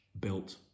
built